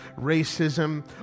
racism